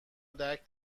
درک